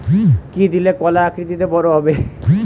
কি দিলে কলা আকৃতিতে বড় হবে?